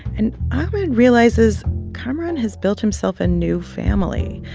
and ahmed realizes kamaran has built himself a new family.